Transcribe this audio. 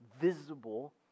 visible